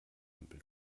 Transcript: ampel